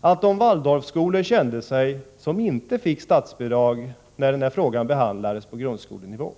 att man kände sig på de Waldorfskolor som inte fick statsbidrag när den här frågan behandlades på grundskolenivå?